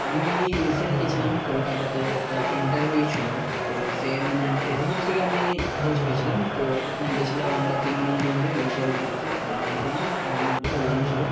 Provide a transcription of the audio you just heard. আমি রিসেন্ট গেছিলাম কলকাতাতে একটা ইন্টারভিউ ছিল তো সে মানে ফেসবুক থেকে আমি খোঁজ পেয়েছিলাম তো ওখানে গেছিলাম আমরা তিন বন্ধু মিলে ইন্টারভিউ দিতে আমি ছিলাম আর আমার দুটো বন্ধু ছিল